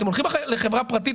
אם אני מפעילה צ'קלקה,